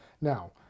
Now